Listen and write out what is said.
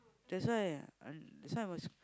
that's why ah that's why I was